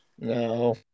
No